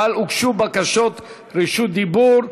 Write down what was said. אבל הוגשו בקשות רשות דיבור.